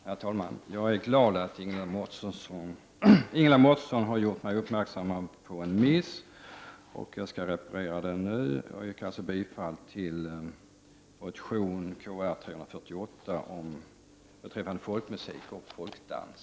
Herr talman! Jag är glad över att Ingela Mårtensson har gjort mig uppmärksammad på en miss, och jag skall reparera den nu. Jag yrkar således bifall till motion Kr348 beträffande folkmusik och folkdans.